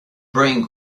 bring